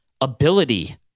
ability